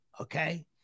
okay